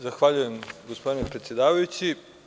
Zahvaljujem gospodine predsedavajući.